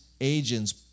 agents